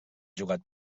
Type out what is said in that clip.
jugat